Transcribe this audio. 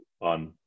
on